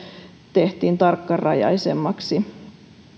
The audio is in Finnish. tehtiin tarkkarajaisemmaksi